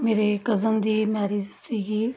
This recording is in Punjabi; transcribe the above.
ਮੇਰੇ ਕਜਨ ਦੀ ਮੈਰਿਜ ਸੀਗੀ